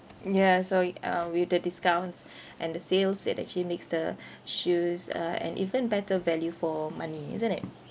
ya so uh with the discounts and the sales it actually makes the shoes uh an even better value for money isn't it